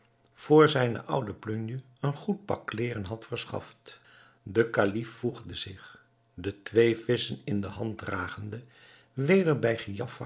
voor zijne oude plunje een goed pak kleeren had verschaft de kalif voegde zich de twee visschen in de hand dragende weder bij